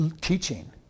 teaching